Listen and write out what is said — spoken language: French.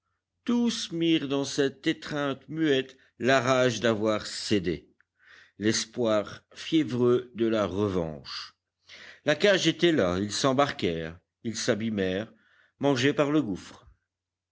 tous mirent dans cette étreinte muette la rage d'avoir cédé l'espoir fiévreux de la revanche la cage était là ils s'embarquèrent ils s'abîmèrent mangés par le gouffre